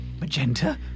Magenta